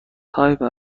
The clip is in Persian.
تایپه